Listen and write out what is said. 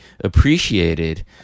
appreciated